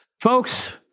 Folks